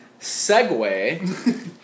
Segway